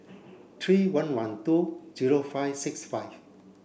three one one two zero five six five